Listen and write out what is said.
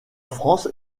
france